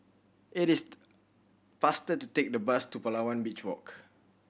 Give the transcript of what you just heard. it is faster to take the bus to Palawan Beach Walk